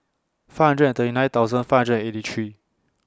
five hundred and thirty nine thousand five hundred and eighty three